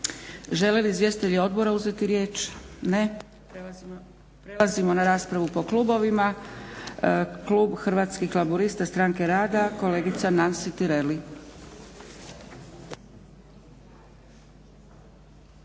Žele li izvjestitelji odbora uzeti riječ? Ne. Prelazimo na raspravu po klubovima. Klub Hrvatskih laburista i Stranke Rada, kolegica Nansi Tireli.